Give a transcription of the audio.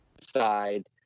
side